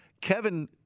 Kevin